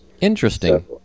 interesting